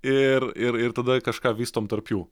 ir ir ir tada kažką vystom tarp jų